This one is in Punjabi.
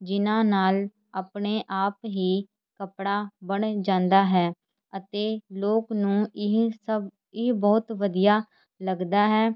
ਜਿਨਾਂ ਨਾਲ ਆਪਣੇ ਆਪ ਹੀ ਕੱਪੜਾ ਬਣ ਜਾਂਦਾ ਹੈ ਅਤੇ ਲੋਕ ਨੂੰ ਇਹ ਸਭ ਇਹ ਬਹੁਤ ਵਧੀਆ ਲੱਗਦਾ ਹੈ